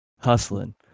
hustling